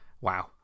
wow